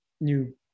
new